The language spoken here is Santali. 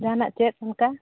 ᱡᱟᱦᱟᱱᱟᱜ ᱪᱮᱫ ᱚᱱᱠᱟ